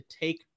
take